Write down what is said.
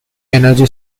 energy